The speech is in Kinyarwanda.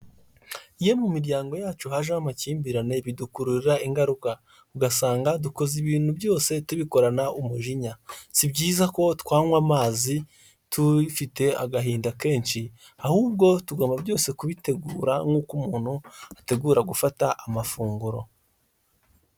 Iyo mu miryango yacu hajemo amakimbirane bidukururira ingaruka, ugasanga dukoze ibintu byose tubikorana umujinya, si byiza ko twanywa amazi dufite agahinda kenshi, ahubwo tugomba byose kubitegura nk'uko umuntu ategura gufata amafunguro.